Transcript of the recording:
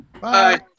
Bye